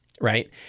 right